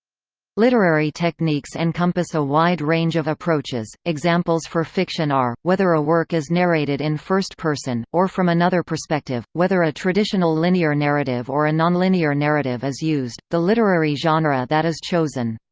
literary techniques encompass a wide range of approaches examples for fiction are, whether a work is narrated in first-person, or from another perspective whether a traditional linear narrative or a nonlinear narrative is used the literary genre that is chosen.